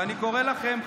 ואני קורא לכם,